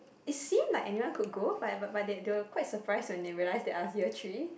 it seem like anyone could go but but they were quite surprised when they realised that I was year three